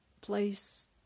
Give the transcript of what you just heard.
place